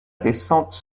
descente